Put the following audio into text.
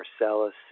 Marcellus